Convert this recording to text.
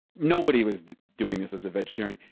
nobody was doing this as a vegetarian.